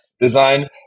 design